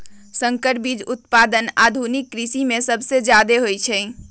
संकर बीज उत्पादन आधुनिक कृषि में सबसे जादे होई छई